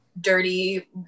dirty